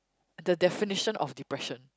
the definition of depression